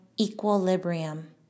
equilibrium